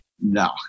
No